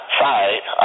side